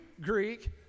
Greek